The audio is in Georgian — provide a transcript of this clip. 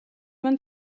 მან